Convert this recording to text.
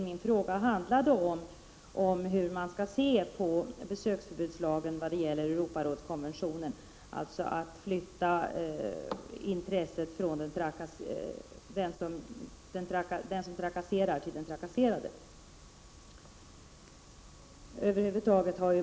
Min fråga handlade just om hur man skall se på lagen om besöksförbud i förhållande till rättigheterna i Europakonventionen, dvs. att man flyttar intresset från den som trakasserar till den trakasserade.